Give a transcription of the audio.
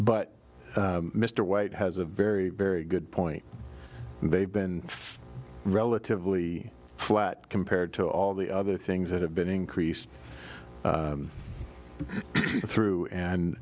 but mr white has a very very good point and they've been relatively flat compared to all the other things that have been increased through and